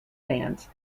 fans